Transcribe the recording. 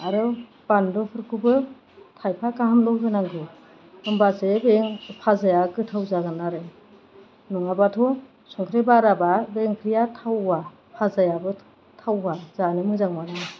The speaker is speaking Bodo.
आरो बानलुफोरखौबो खायफा गाहामल' होनांगौ होनबासो बे भाजाया गोथाव जागोन आरो नङाब्लाथ' संख्रि बाराबा बे ओंख्रिया थावा भाजायाबो थावा जानो मोजां मोना